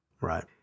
right